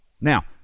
Now